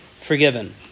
forgiven